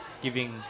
giving